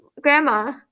Grandma